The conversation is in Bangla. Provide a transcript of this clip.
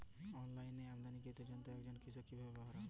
অনলাইনে আমদানীকৃত যন্ত্র একজন কৃষক কিভাবে ব্যবহার করবেন?